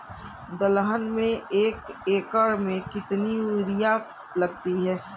दलहन में एक एकण में कितनी यूरिया लगती है?